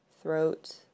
throat